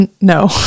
No